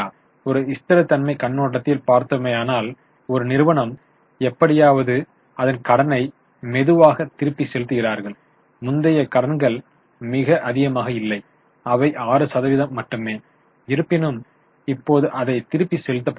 ஒரு ஸ்திரத்தன்மை கண்ணோட்டத்தில் பார்த்தோமேயானால் ஒரு நிறுவனம் எப்படியாவது அதன் கடனை மெதுவாக திருப்பிச் செலுத்துகிறார்கள் முந்தைய கடன்கள் மிக அதிகமாக இல்லை அவை 6 சதவிகிதம் மட்டுமே இருப்பினும் இப்போது அதை திருப்பிச் செலுத்தப்பட்டுள்ளன